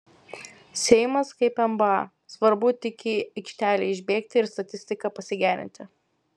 seimas kaip nba svarbu tik į aikštelę išbėgti ir statistiką pasigerinti